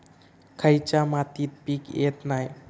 खयच्या मातीत पीक येत नाय?